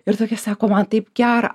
ir tokia sako man taip gera